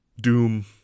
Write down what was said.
doom